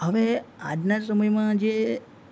હવે આજના સમયમાં જે